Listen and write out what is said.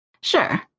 Sure